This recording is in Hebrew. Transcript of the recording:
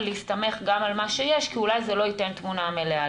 להסתמך גם על מה שיש כי אולי זה לא ייתן תמונה מלאה,